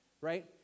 Right